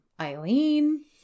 Eileen